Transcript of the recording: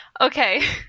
Okay